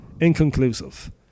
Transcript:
inconclusive